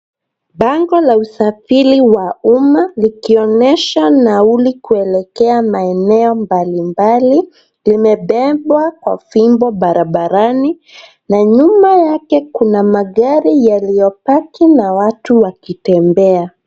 Bango la usafiri wa umma likionyesha nauli kuelekea maeneo mbalimbali limebebwa kwa fimbo barabarani na nyuma yake kuna magari yaliyopaki na watu wakitembea.